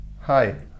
Hi